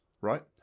right